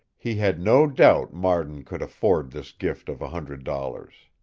he had no doubt marden could afford this gift of a hundred dollars.